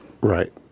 Right